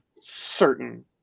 certain